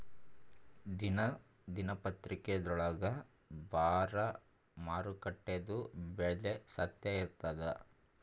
ದಿನಾ ದಿನಪತ್ರಿಕಾದೊಳಾಗ ಬರಾ ಮಾರುಕಟ್ಟೆದು ಬೆಲೆ ಸತ್ಯ ಇರ್ತಾದಾ?